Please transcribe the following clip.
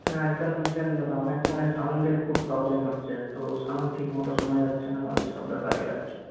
না আজকাল বুঝলেন দাদা অনেক ফোনে সাউন্ডের খুব প্রবলেম হচ্ছে তো সাউন্ড ঠিকমতো শোনা যাচ্ছে না ওইসব ব্যাপারেই আর কি